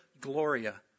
Gloria